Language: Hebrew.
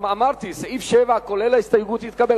אמרתי: סעיף 7, כולל ההסתייגות, התקבל.